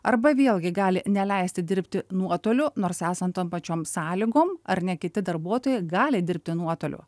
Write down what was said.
arba vėlgi gali neleisti dirbti nuotoliu nors esant tom pačiom sąlygom ar ne kiti darbuotojai gali dirbti nuotoliu